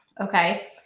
Okay